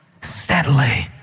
steadily